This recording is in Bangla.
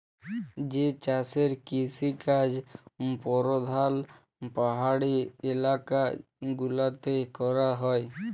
যে চাষের কিসিকাজ পরধাল পাহাড়ি ইলাকা গুলাতে ক্যরা হ্যয়